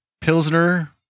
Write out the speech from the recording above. Pilsner